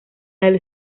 del